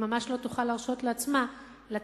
היא ממש לא תוכל להרשות לעצמה לצאת,